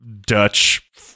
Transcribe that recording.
Dutch